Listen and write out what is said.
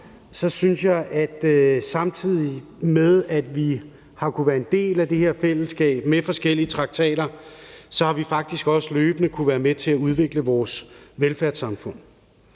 synes jeg, at samtidig med at vi har kunnet være en del af det her fællesskab med forskellige traktater, har vi faktisk også løbende kunnet være med til at udvikle vores velfærdssamfund.